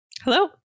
Hello